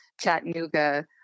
Chattanooga